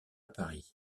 paris